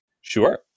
Sure